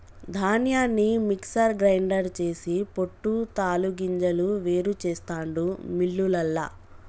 ధాన్యాన్ని mixer grinder చేసి పొట్టు తాలు గింజలు వేరు చెస్తాండు మిల్లులల్ల